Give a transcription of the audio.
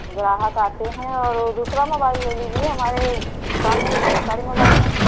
ग्राहक आते हैं और दूसरा मोबाइल ले लीजिए हमारे दुकान में तो बहुत सारे मोबाइलें हैं